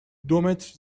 دومتر